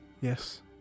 yes